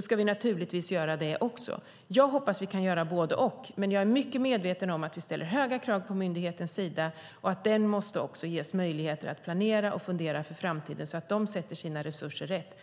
ska vi naturligtvis göra det också. Jag hoppas att vi kan göra både och. Men jag är mycket medveten om att vi ställer höga krav på myndigheten Sida och att den också måste ges möjligheter att planera och fundera för framtiden så att den använder sina resurser rätt.